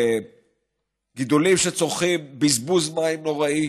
גידולים שצורכים בזבוז מים נוראי,